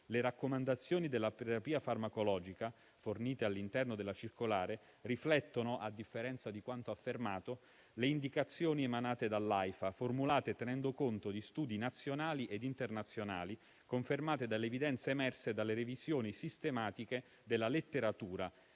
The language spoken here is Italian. Le raccomandazioni della terapia farmacologica fornite all'interno della circolare riflettono, a differenza di quanto affermato, le indicazioni emanate dall'Aifa, formulate tenendo conto di studi nazionali ed internazionali e confermate dalle evidenze emerse dalle revisioni sistematiche della letteratura